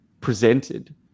presented